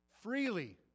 freely